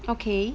okay